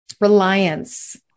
reliance